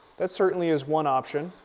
that certainly is one option.